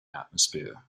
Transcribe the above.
atmosphere